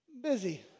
busy